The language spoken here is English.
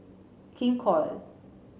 King Koil